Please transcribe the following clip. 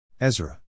Ezra